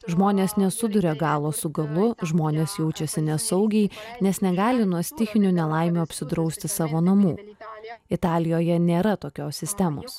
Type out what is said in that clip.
žmonės nesuduria galo su galu žmonės jaučiasi nesaugiai nes negali nuo stichinių nelaimių apsidrausti savo namų italijoje nėra tokios sistemos